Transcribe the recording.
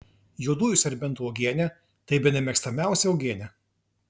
juodųjų serbentų uogienė tai bene mėgstamiausia uogienė